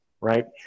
right